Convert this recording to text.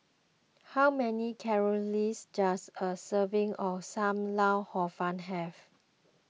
how many calories does a serving of Sam Lau Hor Fun have